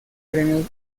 premios